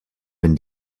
been